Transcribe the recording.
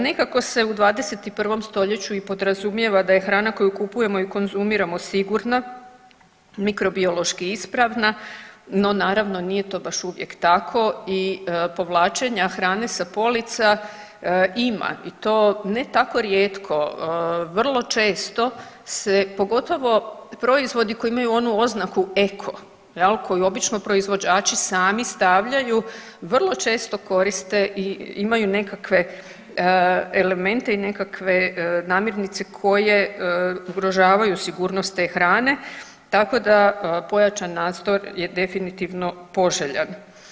Nekako se u 21. stoljeću i podrazumijeva da je hrana koju kupujemo i konzumiramo sigurna, mikrobiološki ispravna, no naravno nije to baš uvijek tako i povlačenja hrane sa polica ima i to ne tako rijetko, vrlo često se pogotovo proizvodi koji imaju onu oznaku EKO jel koju obično proizvođači sami stavljaju, vrlo često koriste i imaju nekakve elemente i nekakve namirnice koje ugrožavaju sigurnost te hrane, tako da pojačan nadzor je definitivno poželjan.